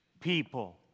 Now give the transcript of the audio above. people